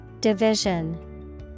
Division